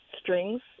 strings